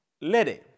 lady